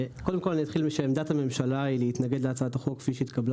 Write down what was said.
אתחיל מכך שעמדת הממשלה היא להתנגד להצעת החוק כפי שהתקבלה